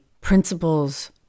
principles